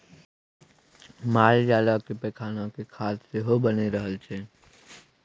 मालजालक पैखानाक खाद सेहो बनि रहल छै